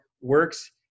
works